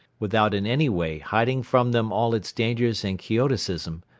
without in any way hiding from them all its dangers and quixotism,